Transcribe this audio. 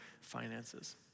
finances